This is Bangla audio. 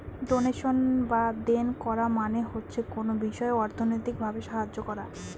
ডোনেশন বা দেন করা মানে হচ্ছে কোনো বিষয়ে অর্থনৈতিক ভাবে সাহায্য করা